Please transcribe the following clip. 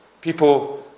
People